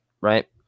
right